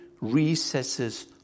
recesses